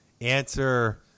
answer